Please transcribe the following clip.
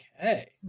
Okay